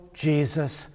Jesus